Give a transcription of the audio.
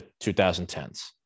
2010s